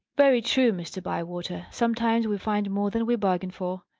very true, mr. bywater! sometimes we find more than we bargain for.